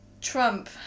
Trump